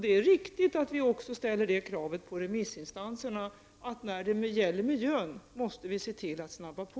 Det är riktigt att vi när det gäller miljön ställer krav på remissinstanserna att arbetet måste snabbas på.